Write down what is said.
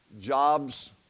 jobs